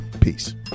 Peace